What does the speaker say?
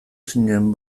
zinen